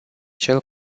cel